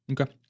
okay